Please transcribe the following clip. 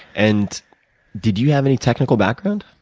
and did you have any technical background?